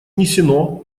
внесено